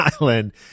Island